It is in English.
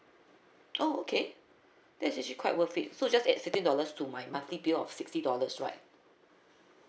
oh okay that's actually quite worth it so just add fifteen dollars to my monthly bill of sixty dollars right